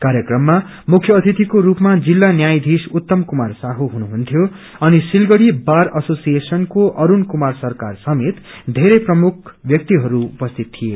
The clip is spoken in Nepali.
कार्यक्रममा मुख्य अतिथिको रूपमा जिल्ल न्यायाधीश उत्तम कुमार साहु हुनुहुन्थ्यो अनिसिलगड़ी बार एसोसिएशनको अरूण कुमार सरकार समेत बेरै प्रमुख व्याक्तिहरू उपसिति थिए